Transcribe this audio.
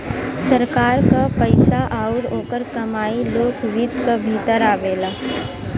सरकार क पइसा आउर ओकर कमाई लोक वित्त क भीतर आवेला